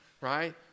right